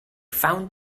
found